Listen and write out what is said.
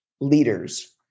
leaders